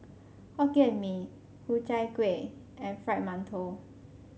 hokkien and mee Ku Chai Kueh and Fried Mantou